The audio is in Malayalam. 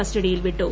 കസ്റ്റഡിയിൽ വിട്ടു